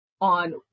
on